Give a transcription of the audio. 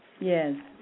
Yes